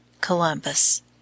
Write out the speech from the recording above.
Columbus